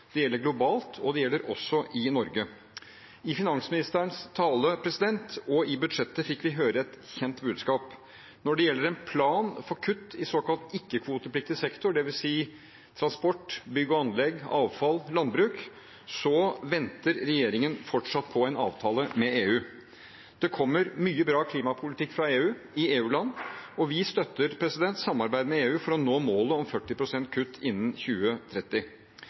Det gjelder globalt, og det gjelder også i Norge. I finansministerens tale og i budsjettet fikk vi høre et kjent budskap. Når det gjelder en plan for kutt i såkalt ikke-kvotepliktig sektor, dvs. transport, bygg og anlegg, avfall og landbruk, venter regjeringen fortsatt på en avtale med EU. Det kommer mye bra klimapolitikk fra EU, i EU-land, og vi støtter samarbeid med EU for å nå målet om 40 pst. kutt innen 2030.